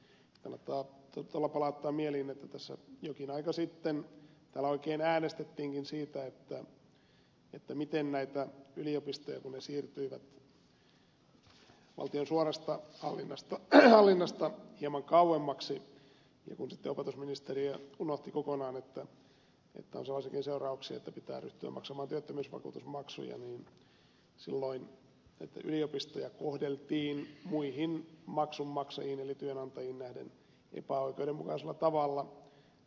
kannattaa todella palauttaa mieliin että tässä jokin aika sitten täällä oikein äänestettiinkin siitä miten näitä yliopistoja kun ne siirtyivät valtion suorasta hallinnasta hieman kauemmaksi ja kun sitten opetusministeriö unohti kokonaan että on sellaisiakin seurauksia että pitää ryhtyä maksamaan työttömyysvakuutusmaksuja miten silloin näitä yliopistoja kohdeltiin muihin maksun maksajiin eli työnantajiin nähden epäoikeudenmukaisella tavalla